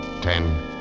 ten